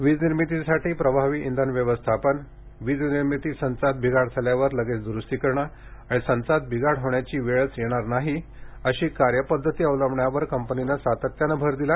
वीज निर्मितीसाठी प्रभावी इंधन व्यवस्थापन वीज निर्मिती संचात बिघाड झाल्यावर लगेच द्रुस्ती करणे आणि संचात बिघाड होण्याची वेळच येणार नाही अशी कार्यपद्धती अवलंबण्यावर कंपनीनं सातत्याने भर दिला